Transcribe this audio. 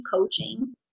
coaching